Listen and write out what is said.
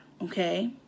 okay